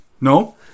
No